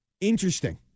interesting